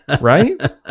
Right